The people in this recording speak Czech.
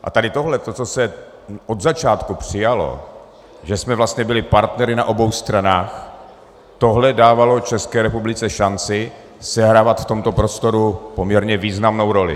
A tady tohleto, co se od začátku přijalo, že jsme vlastně byli partnery na obou stranách, tohle dávalo České republice šanci sehrávat v tomto prostoru poměrně významnou roli.